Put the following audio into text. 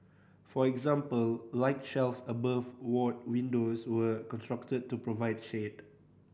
for example light shelves above ward windows were constructed to provide shade